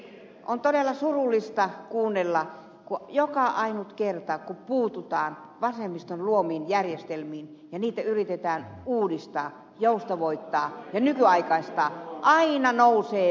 on todella surullista kuunnella kun joka ainut kerta kun puututaan vasemmiston luomiin järjestelmiin ja niitä yritetään uudistaa joustavoittaa ja nykyaikaistaa aina nousee mökä